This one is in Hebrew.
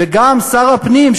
וגם שר הפנים,